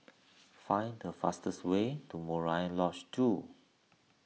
find the fastest way to Murai Lodge two